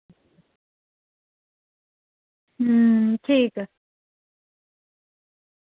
ठीक ऐ